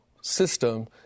system